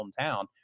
hometown